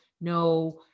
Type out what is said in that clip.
no